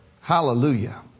Hallelujah